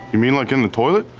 you mean like in the toilet?